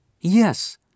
Yes